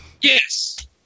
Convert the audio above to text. Yes